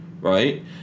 right